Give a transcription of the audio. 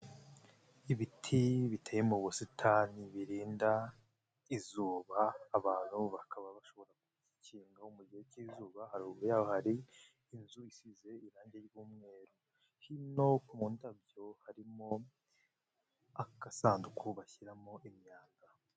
Ibiti biteye mu busitani birinda izuba, abantu bakaba bashobora kukinga mu gihe cy'izuba, haruguru yaho hari inzu isize irangi ry'umweru, hino mu ndabyo harimo agasanduku bashyiramo imyanda.